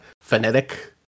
phonetic